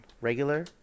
Regular